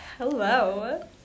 Hello